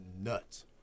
nuts